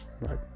right